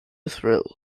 thrill